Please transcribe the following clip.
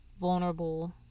vulnerable